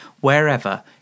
wherever